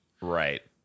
Right